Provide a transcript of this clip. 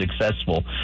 successful